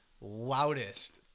loudest